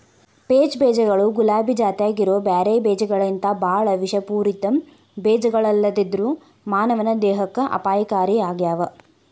peach ಬೇಜಗಳು ಗುಲಾಬಿ ಜಾತ್ಯಾಗಿರೋ ಬ್ಯಾರೆ ಬೇಜಗಳಿಗಿಂತಬಾಳ ವಿಷಪೂರಿತ ಬೇಜಗಳಲ್ಲದೆದ್ರು ಮಾನವನ ದೇಹಕ್ಕೆ ಅಪಾಯಕಾರಿಯಾಗ್ಯಾವ